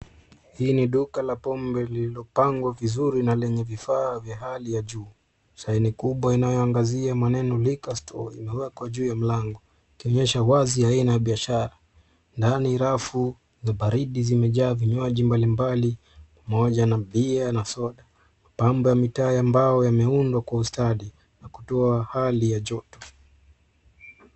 Hii ni duka la pombe lililopangwa vizuri na lenye vifaa vya hali ya juu. saini kubwa inayoangazia maneno liquor store imewekwa juu ya mlango ikionyesha wazi aina ya biashara. Ndani rafu za baridi zimejaa vinywaji mbalimbali, moja na bia na soda. Mapambo ya mitaa ya mbao yameundwa kwa ustadi na kutoa hali ya joto.